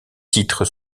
titres